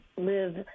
live